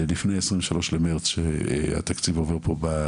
לפני ה 23 במרץ 2023, אז עובר התקציב בכנסת.